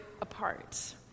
apart